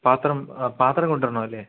പാത്രം പാത്രം കൊണ്ടുവരണം അല്ലേ